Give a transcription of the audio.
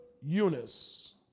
Eunice